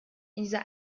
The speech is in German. dieser